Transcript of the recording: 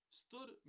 stood